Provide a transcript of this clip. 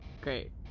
Great